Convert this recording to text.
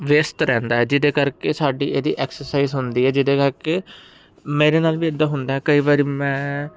ਵਿਅਸਤ ਰਹਿੰਦਾ ਜਿਹਦੇ ਕਰਕੇ ਸਾਡੀ ਇਹਦੀ ਐਕਸਰਸਾਈਜ਼ ਹੁੰਦੀ ਹੈ ਜਿਹਦੇ ਕਰਕੇ ਮੇਰੇ ਨਾਲ ਵੀ ਇੱਦਾਂ ਹੁੰਦਾ ਕਈ ਵਾਰੀ ਮੈਂ